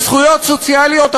וזכויות סוציאליות,